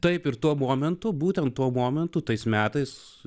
taip ir tuo momentu būtent tuo momentu tais metais